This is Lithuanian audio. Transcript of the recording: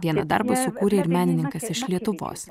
vieną darbą sukūrė ir menininkas iš lietuvos